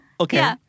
Okay